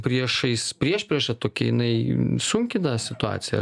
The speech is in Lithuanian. priešais priešprieša tokia jinai sunkina situaciją